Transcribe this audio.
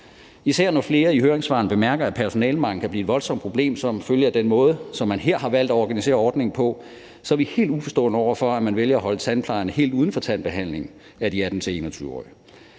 især når flere i høringssvarene bemærker, at personalemanglen kan blive et voldsomt problem som følge af den måde, man her har valgt at organisere ordningen på, helt uforstående over for, at man vælger at holde tandplejerne helt uden for tandbehandlingen af de 18-21-årige.